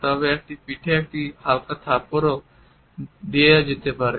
তবে এটি পিঠে একটি হালকা থাপ্পড় দিয়েও হতে পারে